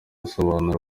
asobanura